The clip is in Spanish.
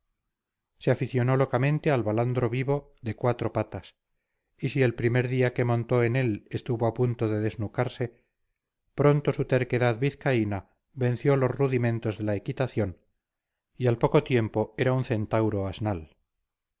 se aficionó locamente al balandro vivo de cuatro patas y si el primer día que montó en él estuvo a punto de desnucarse pronto su terquedad vizcaína venció los rudimentos de la equitación y al poco tiempo era un centauro asnal